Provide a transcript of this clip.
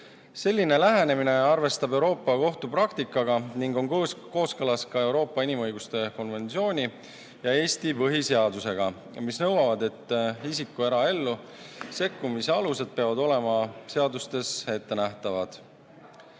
Selline lähenemine arvestab Euroopa Kohtu praktikat ning on kooskõlas ka Euroopa inimõiguste konventsiooni ja Eesti põhiseadusega, mis nõuavad, et isiku eraellu sekkumise alused peavad olema seadustes ettenähtavad.